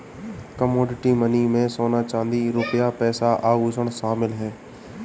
commodity money में सोना चांदी रुपया पैसा आभुषण शामिल है